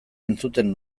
entzuten